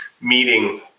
meeting